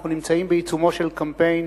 אנחנו נמצאים בעיצומו של קמפיין